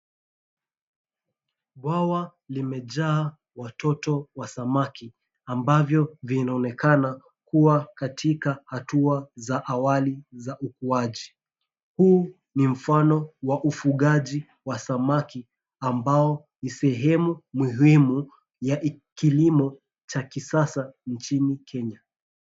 Bwawa limejaa watoto wa samaki, ambavyo vinaonekana kuwa katika hatua za awali za ukuaji. Huu ni mfano wa ufugaji wa samaki ambao ni sehemu muhimu ya kilimo cha kisasa nchini Kenya.